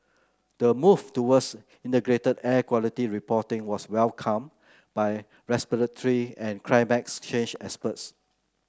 the move towards integrated air quality reporting was welcomed by respiratory and climate change experts